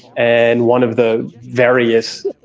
and one of the various.